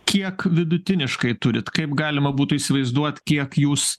kiek vidutiniškai turit kaip galima būtų įsivaizduot kiek jūs